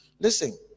Listen